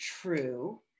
true